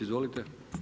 Izvolite.